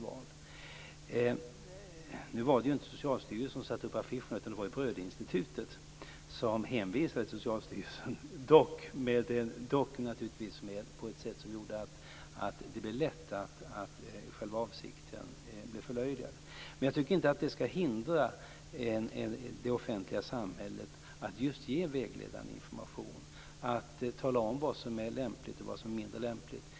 Nu var det inte Socialstyrelsen som satte upp dessa affischer, utan det var Brödinstitutet som hänvisade till Socialstyrelsen, dock på ett sätt som gjorde det lätt att förlöjliga själva avsikten. Men jag tycker inte att detta skall hindra det offentliga samhället att ge vägledande information, att tala om vad som är lämpligt och vad som är mindre lämpligt.